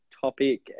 topic